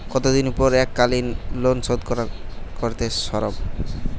কতদিন পর এককালিন লোনশোধ করতে সারব?